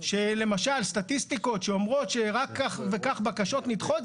למשל סטטיסטיקות שאומרות שרק כך וכך בקשות נדחות,